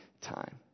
time